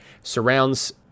surrounds